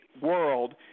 world